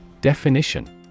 Definition